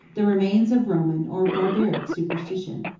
the remains of roman or barbaric superstition.